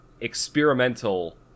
experimental